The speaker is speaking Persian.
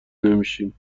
نمیشیم